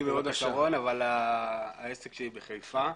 מהוד השרון אבל העסק שלי בחיפה.